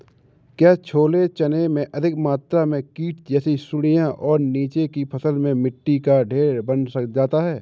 क्या छोले चने में अधिक मात्रा में कीट जैसी सुड़ियां और नीचे की फसल में मिट्टी का ढेर बन जाता है?